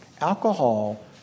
alcohol